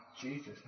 Jesus